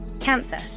Cancer